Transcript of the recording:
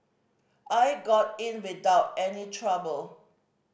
I got in without any trouble